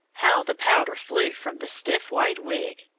how the powder flew from the stiff white wig,